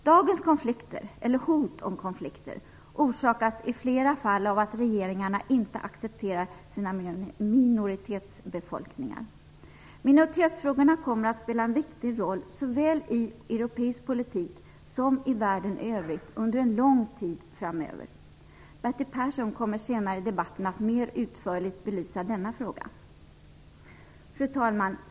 Dagens konflikter eller hot om konflikter orsakas i flera fall av att regeringarna inte accepterar sina minoritetsbefolkningar. Minoritetsfrågorna kommer att spela en viktig roll såväl i europeisk politik som i världen i övrigt under en lång tid framöver. Bertil Persson kommer senare i debatten att mer utförligt belysa denna fråga. Fru talman!